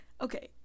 okay